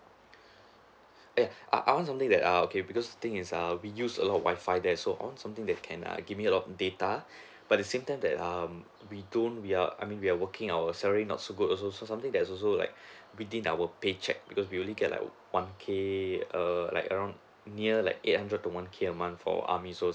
ya I I want something that err okay because thing is err we use a lot of wifi there so I want something that can err give me a lot of data but at the same time that um we don't we are I mean we are working our salary not so good also something that also like within our pay check because we only get like one K err like around near like eight hundred to one K a month for army so